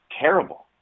terrible